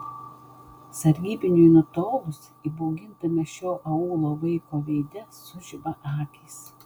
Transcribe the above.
sargybiniui nutolus įbaugintame šio aūlo vaiko veide sužiba akys